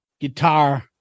guitar